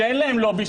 שאין להם לובי,